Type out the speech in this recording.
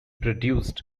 produced